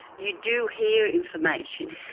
you do hear information,